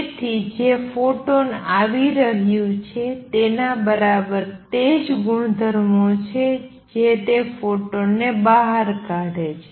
તેથી જે ફોટોન આવી રહ્યું છે તેના બરાબર તે જ ગુણધર્મો છે જે તે ફોટોન ને બહાર કાઢે છે